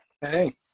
Hey